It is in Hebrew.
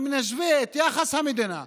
אם נשווה את יחס המדינה,